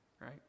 Right